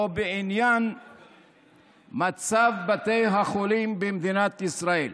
ובעניין מצב בתי החולים במדינת ישראל,